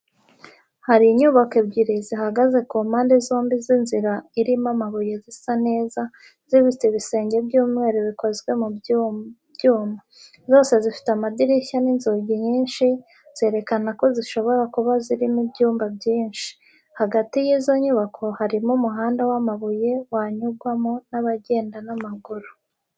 Hari inyubako ebyiri zihagaze ku mpande zombi z’inzira irimo amabuye zisa neza, zifite ibisenge by’umweru bikozwe mu byuma. Zose zifite amadirishya n’inzugi nyinshi, zerekana ko zishobora kuba zirimo ibyumba byinshi. Hagati y’izo nyubako harimo umuhanda w’amabuye wanyurwamo n’abagenda n’amaguru.